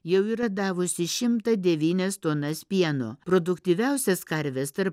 jau yra davusi šimtą devynias tonas pieno produktyviausias karves tarp